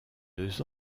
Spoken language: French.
deux